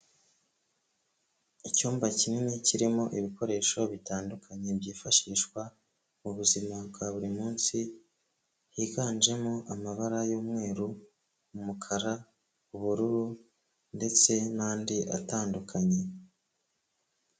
Icyumba kinini kirimo ibikoresho bitandukanye, byifashishwa mu buzima bwa buri munsi, higanjemo amabara y'umweru, umukara, ubururu, ndetse n'andi atandukanye.